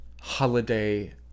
holiday